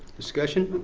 discussion?